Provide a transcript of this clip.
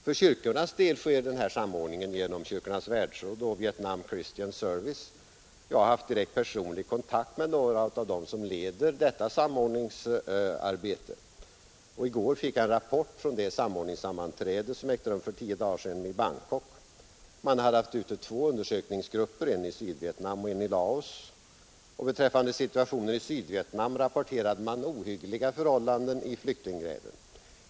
För kyrkornas del sker detta genom Kyrkornas världsråd och Vietnam Christian Service. Jag har haft direkt personlig kontakt med några av dem som leder detta samordningsarbete. I går fick jag en rapport från det samordningssammanträde som ägt rum för tio dagar sedan i Bangkok. Man hade haft ute två undersökningsgrupper, en i Sydvietnam och en i Laos. Beträffande situationen i Sydvietnam rapporterade man ohyggliga förhållanden i flyktinglägren.